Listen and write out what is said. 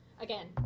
Again